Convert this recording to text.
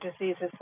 diseases